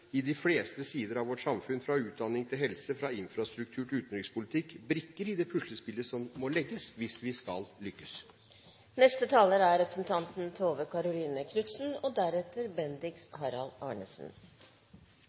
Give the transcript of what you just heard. de fleste sider av vårt samfunn – fra utdanning til helse og fra infrastruktur til utenrikspolitikk – brikker i det puslespillet som må legges hvis vi skal